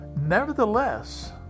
Nevertheless